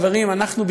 חברים: אנחנו,